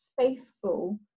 faithful